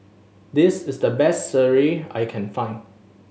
this is the best sireh I can find